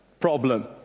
Problem